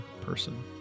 person